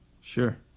Sure